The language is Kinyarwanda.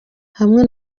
hamwe